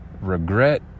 Regret